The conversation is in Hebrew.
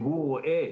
שהוא רואה